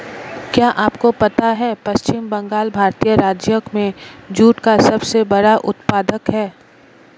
क्या आपको पता है पश्चिम बंगाल भारतीय राज्यों में जूट का सबसे बड़ा उत्पादक है?